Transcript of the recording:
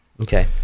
okay